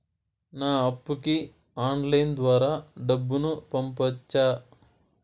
నా అప్పుకి ఆన్లైన్ ద్వారా డబ్బును పంపొచ్చా